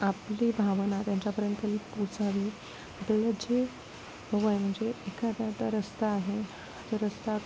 आपली भावना त्यांच्यापर्यंत पोचावी आपल्याला जे हवं आहे म्हणजे एखाद्या आता रस्ता आहे तो रस्ता